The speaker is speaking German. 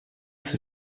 sie